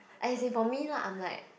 as in for me lah I'm like